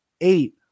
eight